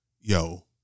yo